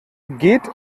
geht